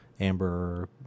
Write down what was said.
amber